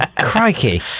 crikey